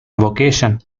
vocation